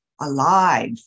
alive